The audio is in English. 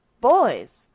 Boys